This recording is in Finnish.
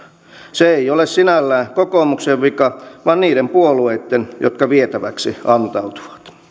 se ei ole sinällään kokoomuksen vika vaan niiden puolueitten jotka vietäväksi antautuvat